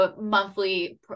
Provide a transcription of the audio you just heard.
monthly